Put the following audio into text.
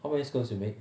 how many scones you make